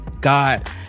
God